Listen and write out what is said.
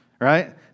Right